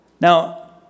Now